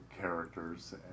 characters